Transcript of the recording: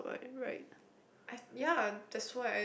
by right